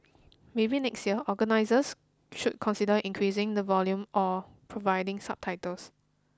maybe next year organisers should consider increasing the volume or providing subtitles